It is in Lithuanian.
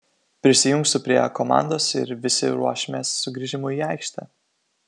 prisijungsiu prie komandos ir visi ruošimės sugrįžimui į aikštę